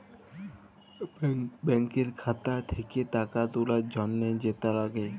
ব্যাংকের খাতা থ্যাকে টাকা তুলার জ্যনহে যেট লাগে